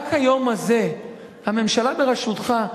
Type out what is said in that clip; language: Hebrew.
רק היום הזה הממשלה בראשותך,